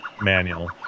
manual